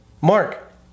Mark